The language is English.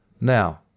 Now